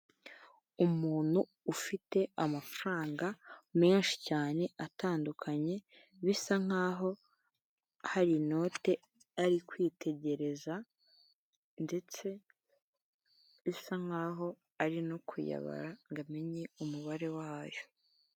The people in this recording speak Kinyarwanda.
Umuntu ufite amafaranga menshi cyane atandukanye bisa nkaho hari inote ari kwitegereza ndetse bisa nkaho ari no kuyaba amenye umubare wayo.